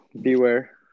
beware